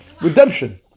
redemption